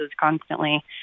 constantly